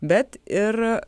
bet ir